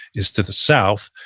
is to the south,